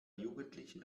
jugendlichen